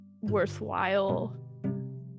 worthwhile